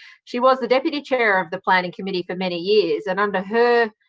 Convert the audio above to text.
she was the deputy chair of the planning committee for many years. and under her